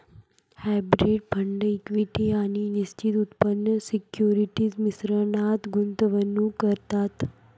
hybrid fund equity आणि निश्चित उत्पन्न सिक्युरिटीज मिश्रणात गुंतवणूक करतात